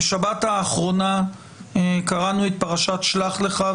בשבת האחרונה קראנו את פרשת שלח לך,